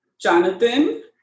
Jonathan